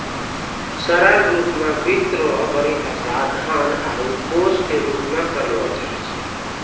सरल रूप मे वित्त रो परिभाषा धन आरू कोश के रूप मे करलो जाय छै